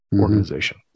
organization